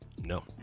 No